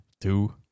Two